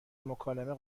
مکالمه